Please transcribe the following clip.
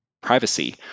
privacy